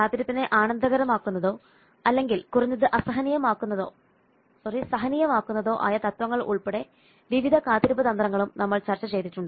കാത്തിരിപ്പിനെ ആനന്ദകരമാക്കുന്നതോ അല്ലെങ്കിൽ കുറഞ്ഞത് സഹനീയമാക്കുന്നതോ ആയ തത്വങ്ങൾ ഉൾപ്പെടെ വിവിധ കാത്തിരിപ്പ് തന്ത്രങ്ങളും നമ്മൾ ചർച്ച ചെയ്തിട്ടുണ്ട്